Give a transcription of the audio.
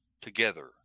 together